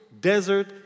desert